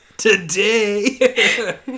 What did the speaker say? today